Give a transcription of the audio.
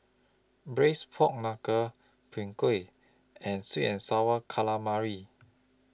Braised Pork Knuckle Png Kueh and Sweet and Sour Calamari